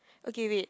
okay wait